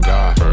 God